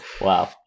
Wow